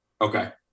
Okay